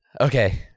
Okay